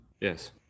Yes